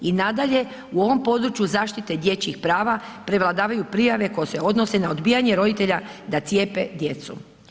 I nadalje, u ovom području zaštite dječjih prava prevladavaju prijave koje se odnose na odbijanje roditelja da cijepe djecu.